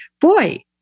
boy